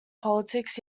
politics